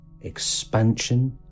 expansion